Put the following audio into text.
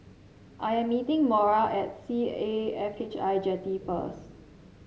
I am meeting Mora at C A F H I Jetty first